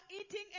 eating